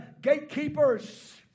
gatekeepers